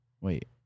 wait